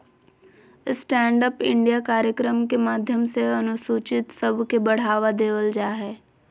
stand up India कार्यक्रम के माध्यम से अनुसूचित सब के बढ़ावा देवल जा हय